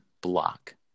block